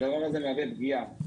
והדבר הזה מהווה פגיעה.